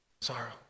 Sorrow